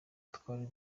twari